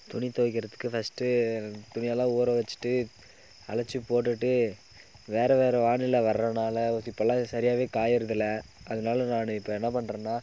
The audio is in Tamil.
துணி துவைக்கிறதுக்கு ஃபர்ஸ்ட்டு துணியெல்லாம் ஊற வெச்சுட்டு அலசிப் போட்டுட்டு வேறே வேறே வானிலை வர்றனால தி இப்போல்லாம் இது சரியாவே காயிறதில்லை அதனால நான் இப்போ என்ன பண்றேன்னா